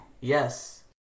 Yes